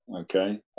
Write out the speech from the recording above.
Okay